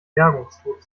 bergungstod